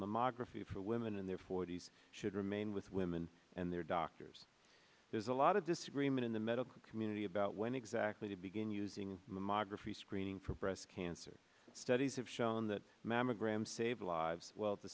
mammography for women in their forty's should remain with women and their doctors there's a lot of disagreement in the medical community about when exactly to begin using mammography screening for breast cancer studies have shown that mammograms save lives well the